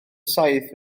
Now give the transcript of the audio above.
saith